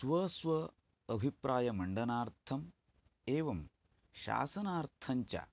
स्व स्व अभिप्रायमण्डनार्थम् एवं शासनार्थं च